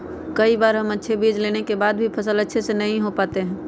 कई बार हम अच्छे बीज लेने के बाद भी फसल अच्छे से नहीं हो पाते हैं?